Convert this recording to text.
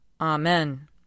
Amen